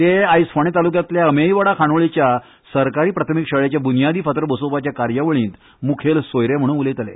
ते आयज फोंडें तालुक्यांतल्या अमेयवाडा खांडोळेच्या सरकारी मुळावे शाळेच्या ब्र्न्यादी फातर बसोवपाचे कार्यावळींत मुखेल सोयरे म्हणून उलयताले